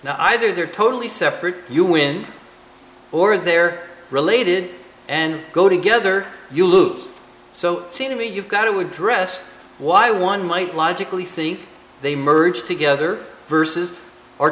now either they're totally separate you win or they're related and go together you lose so seemingly you've got to would dress why one might logically think they merge together versus are